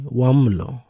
wamlo